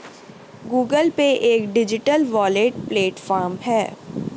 Google Pay एक digital wallet platform है